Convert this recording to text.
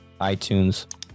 iTunes